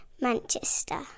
Manchester